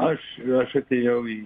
aš aš atėjau į